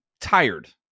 tired